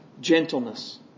Gentleness